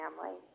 family